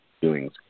doings